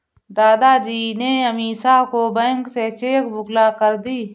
दादाजी ने अमीषा को बैंक से चेक बुक लाकर दी